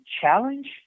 challenge